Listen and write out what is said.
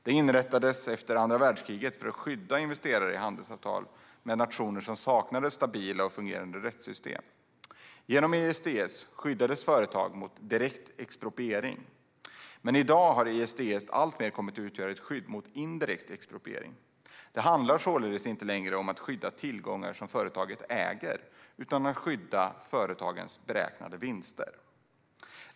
Det inrättades efter andra världskriget för att skydda investerare i handelsavtal med nationer som saknade stabila och fungerande rättssystem. Genom ISDS skyddades företagen mot direkt expropriering. I dag har ISDS alltmer kommit att utgöra ett skydd mot indirekt expropriering. Det handlar således inte längre om att skydda tillgångar som företagen äger utan om att skydda företagens beräknade vinster.